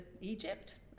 Egypt